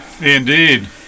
Indeed